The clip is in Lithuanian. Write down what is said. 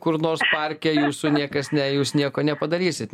kur nors parke jūsų niekas ne jūs nieko nepadarysit